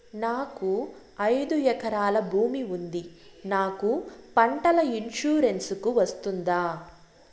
నాకు ఐదు ఎకరాల భూమి ఉంది నాకు పంటల ఇన్సూరెన్సుకు వస్తుందా?